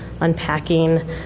unpacking